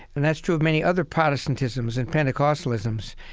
and that's true of many other protestantisms and pentecostalisms.